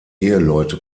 eheleute